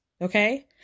Okay